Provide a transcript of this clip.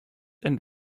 and